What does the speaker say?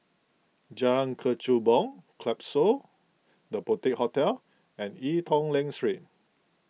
Jalan Kechubong Klapsons the Boutique Hotel and Ee Teow Leng street